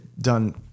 done